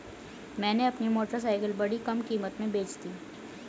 मैंने अपनी मोटरसाइकिल बड़ी कम कीमत में बेंच दी